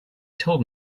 told